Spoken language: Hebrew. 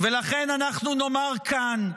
לכן אנחנו נאמר כאן,